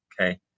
okay